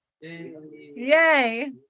Yay